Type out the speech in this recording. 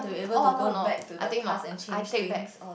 oh no no I think not I paid back